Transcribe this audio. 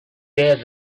bad